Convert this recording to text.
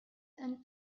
and